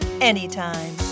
Anytime